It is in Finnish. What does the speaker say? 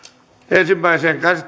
ensimmäiseen